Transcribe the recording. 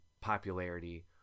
popularity